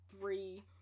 three